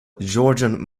georgian